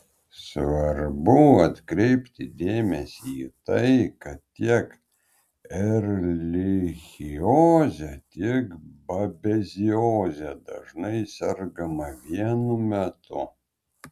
svarbu atkreipti dėmesį į tai kad tiek erlichioze tiek babezioze dažnai sergama vienu metu